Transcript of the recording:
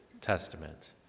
testament